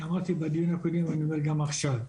אני אמרתי בדיון הקודם, אני אומר גם עכשיו,